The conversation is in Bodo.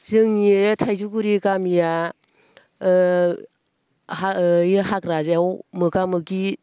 जोंनि थाइजौगुरि गामिया हाग्रायाव मोगा मोगि